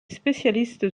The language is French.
spécialiste